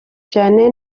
cyane